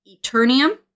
Eternium